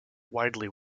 widely